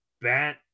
bat